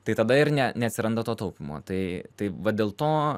tai tada ir ne neatsiranda to taupymo tai tai va dėl to